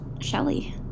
Shelly